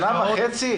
שנה וחצי?